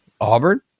Auburn